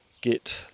get